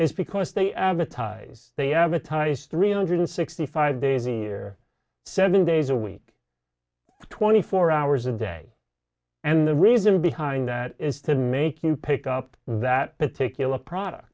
is because they advertise they advertise three hundred sixty five days a year seven days a week twenty four hours a day and the reason behind that is to make you pick up that particular product